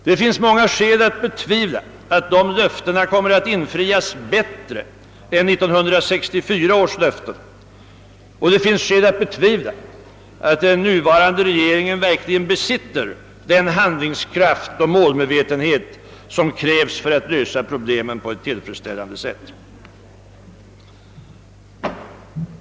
Det finns många skäl att betvivla att dessa löften kommer att infrias bättre än 1964 års löften och att den nuvarande regeringen verkligen besitter den handlingskraft och målmedvetenhet, som krävs för att lösa problemen på ett tillfredsställande sätt.